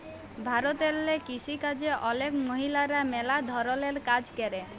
ভারতেল্লে কিসিকাজে অলেক মহিলারা ম্যালা ধরলের কাজ ক্যরে